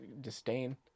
disdain